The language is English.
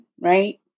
right